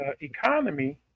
economy